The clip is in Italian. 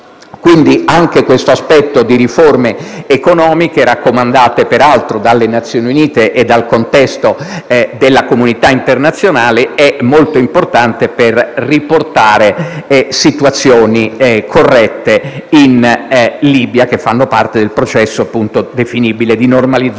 Quindi anche l'aspetto delle riforme economiche, raccomandate peraltro dalle Nazioni Unite e dal contesto della comunità internazionale, è molto importante per riportare situazioni corrette in Libia, che fanno parte del processo definibile di normalizzazione